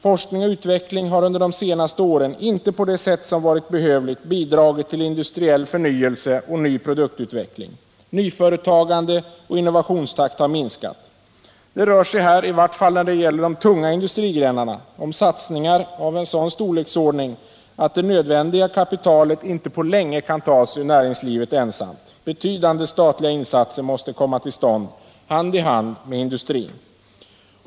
Forskning och utveckling har under de senaste åren inte på det sätt som varit behövligt bidragit till industriell förnyelse och ny produktutveckling. Nyföretagande och innovationstakt har minskat. Det rör sig här, i vart fall när det gäller de tunga industrigrenarna, om satsningar av en sådan storleksordning, att det nödvändiga kapitalet inte på länge kan tas ur näringslivet ensamt. Betydande statliga insatser måste komma till stånd hand i hand med industrin.